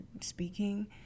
speaking